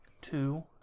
two